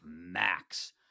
max